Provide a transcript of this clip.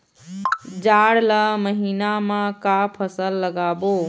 जाड़ ला महीना म का फसल लगाबो?